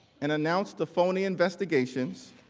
and announce the phony investigations,